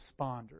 Responders